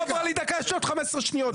יש לי עוד 15 שניות,